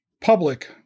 public